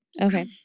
Okay